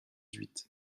huit